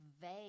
vague